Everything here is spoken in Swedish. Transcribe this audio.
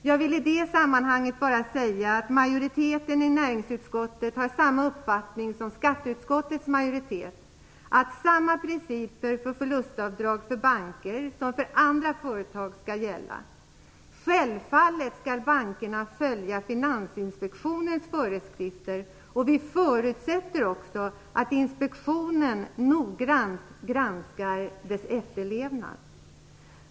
Jag vill i detta sammanhang bara säga att majoriteten i näringsutskottet har samma uppfattning som skatteutskottets majoritet, dvs. att samma principer för förlustavdrag för banker som för andra företag skall gälla. Självfallet skall bankerna följa Finansinspektionens föreskrifter. Vi förutsätter också att Inspektionen noggrant granskar dess efterlevnad.